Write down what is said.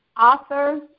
author